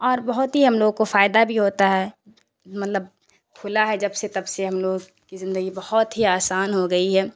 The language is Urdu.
اور بہت ہی ہم لوگوں کو فائدہ بھی ہوتا ہے مطلب کھلا ہے جب سے تب سے ہم لوگ کی زندگی بہت ہی آسان ہو گئی ہے